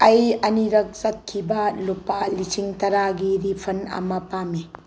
ꯑꯩ ꯑꯅꯤꯔꯛ ꯆꯠꯈꯤꯕ ꯂꯨꯄꯥ ꯂꯤꯁꯤꯡ ꯇꯔꯥꯒꯤꯗꯤ ꯔꯤꯐꯟ ꯑꯃ ꯄꯥꯝꯃꯤ